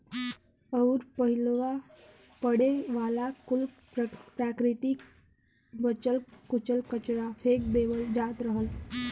अउर पहिलवा पड़े वाला कुल प्राकृतिक बचल कुचल कचरा फेक देवल जात रहल